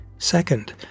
Second